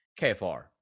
KFR